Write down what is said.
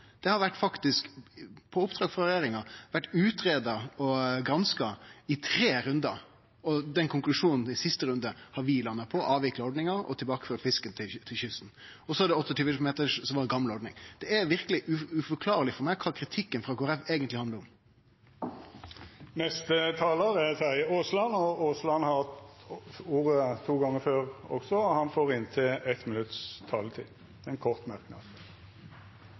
på oppdrag av regjeringa, vore greidd ut og granska i tre rundar. Konklusjonen i siste runde har vi landa på: avvikle ordninga og føre fisken tilbake til kysten. Så er det 28-metersgrensa, som var den gamle ordninga. Det er verkeleg uforklarleg for meg kva kritikken frå Kristeleg Folkeparti eigentleg handlar om. Representanten Terje Aasland har hatt ordet to gonger tidlegare og får ordet til ein kort merknad,